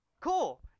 cool